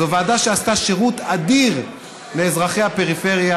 זו ועדה שעשתה שירות אדיר לאזרחי הפריפריה